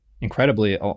incredibly